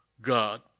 God